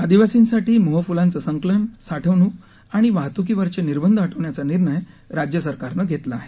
आदिवासींसाठी मोहफुलांचं संकलन साठवणूक आणि वाहतुकीवरचे निर्बंध हटवण्याचा निर्णय राज्य सरकारनं घेतला आहे